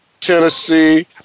Tennessee